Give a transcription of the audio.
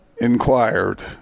inquired